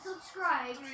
subscribe